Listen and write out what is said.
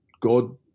God